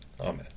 Amen